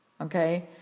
Okay